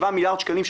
7 מיליארד שקלים,